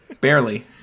Barely